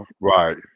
Right